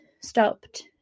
stopped